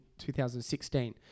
2016